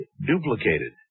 duplicated